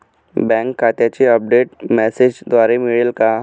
Bank खात्याचे update मेसेजद्वारे मिळेल का?